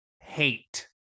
hate